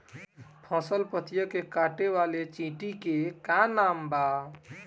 फसल पतियो के काटे वाले चिटि के का नाव बा?